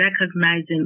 recognizing